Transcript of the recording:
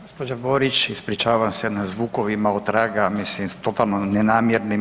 Gospođo Borić ispričavam se na zvukovima otraga, mislim totalno nenamjernim.